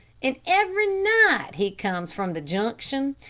and every night he comes from the junction,